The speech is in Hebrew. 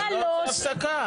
אנחנו לא רוצים הפסקה.